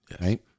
right